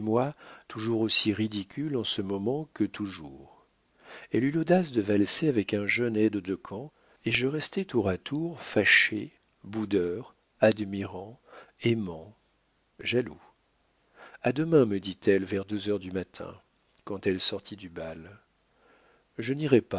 toujours aussi ridicule en ce moment que toujours elle eut l'audace de valser avec un jeune aide-de-camp et je restai tour à tour fâché boudeur admirant aimant jaloux a demain me dit-elle vers deux heures du matin quand elle sortit du bal je